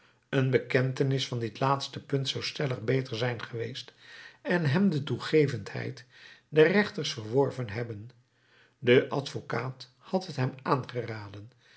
een bekentenis van dit laatste punt zou stellig beter zijn geweest en hem de toegevendheid der rechters verworven hebben de advocaat had t hem aangeraden